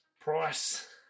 Price